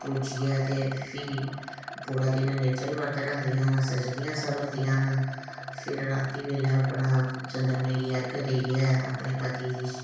पूजियै ते फ्ही पूरा दिन निर्जल बरत रखदियां न सजदियां सवरदियां न फिर रातीं बेल्लै ओह् अपना चंद्रमा ई अरग देइये अपने पति दी